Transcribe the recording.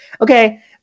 okay